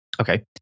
Okay